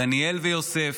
דניאל ויוסף.